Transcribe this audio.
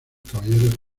caballeros